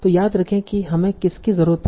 तो याद रखें कि हमें किसकी जरूरत है